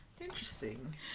Interesting